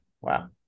Wow